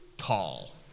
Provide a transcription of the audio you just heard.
Tall